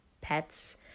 pets